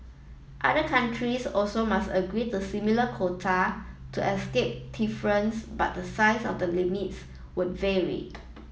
other countries also must agree to similar quota to escape tariffs but the size of the limits would vary